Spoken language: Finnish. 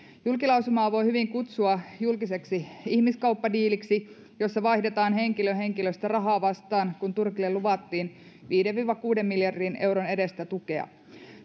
julkilausumaa voi hyvin kutsua julkiseksi ihmiskauppadiiliksi jossa vaihdetaan henkilö henkilöstä rahaa vastaan kun turkille luvattiin viiden viiva kuuden miljardin euron edestä tukea